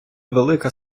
велика